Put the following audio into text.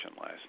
Last